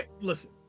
Listen